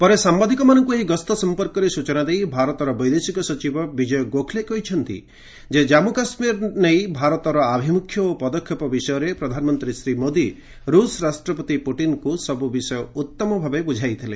ପରେ ସାମ୍ଭାଦିକମାନଙ୍କୁ ଏହି ଗସ୍ତ ସଂପର୍କରେ ସୂଚନା ଦେଇ ଭାରତର ବୈଦେଶିକ ସଚିବ ବିଜୟ ଗୋଖଲେ କହିଛନ୍ତି ଯେ ଜାନ୍ପୁ କାଶ୍ମୀର ନେଇ ଭାରତର ଆଭିମୁଖ୍ୟ ଓ ପଦକ୍ଷେପ ବିଷୟରେ ପ୍ରଧାନମନ୍ତ୍ରୀ ଶ୍ରୀ ମୋଦି ରୁଷ ରାଷ୍ଟ୍ରପତି ପୁଟିନଙ୍କୁ ସବୁ ବିଷୟ ଉତ୍ତମ ଭାବେ ବୁଝାଇଥିଲେ